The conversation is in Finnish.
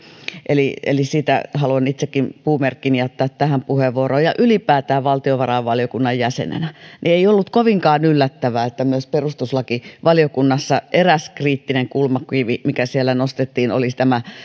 eli eli siitä haluan itsekin puumerkkini jättää tähän puheenvuoroon ja ylipäätään valtiovarainvaliokunnan jäsenenä ei ollut kovinkaan yllättävää että perustuslakivaliokunnassa eräs kriittinen kulmakivi mikä siellä nostettiin oli tämä